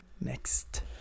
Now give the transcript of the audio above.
next